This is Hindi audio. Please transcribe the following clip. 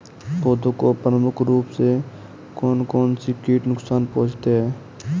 पौधों को प्रमुख रूप से कौन कौन से कीट नुकसान पहुंचाते हैं?